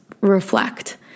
reflect